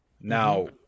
Now